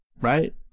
right